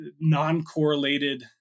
non-correlated